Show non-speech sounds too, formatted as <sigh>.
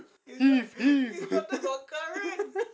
<noise> <noise>